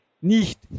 nicht